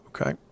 okay